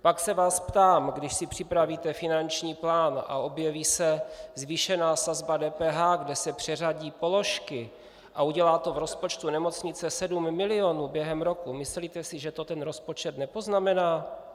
Pak se vás ptám: Když si připravíte finanční plán a objeví se zvýšená sazba DPH, kde se přeřadí položky a udělá to v rozpočtu nemocnice 7 miliónů během roku, myslíte si, že to ten rozpočet nepoznamená?